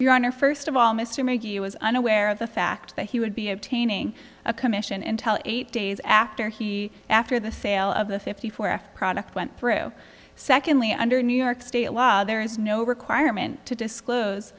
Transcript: honor first of all mr mcgee was unaware of the fact that he would be obtaining a commission intel eight days after he after the sale of the fifty four act product went through secondly under new york state law there is no requirement to disclose